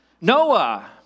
Noah